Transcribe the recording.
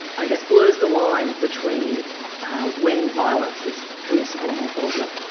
i guess, blurs the line between when violence is permissible more broadly.